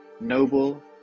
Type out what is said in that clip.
noble